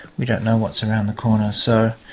we don't know what's around the corner. so